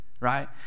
right